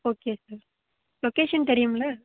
okay sir location தெரியும்ல